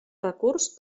recurs